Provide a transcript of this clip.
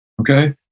Okay